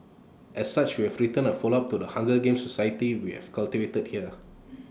as such we have written A follow up to the hunger games society we have cultivated here